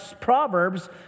Proverbs